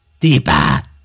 Deepa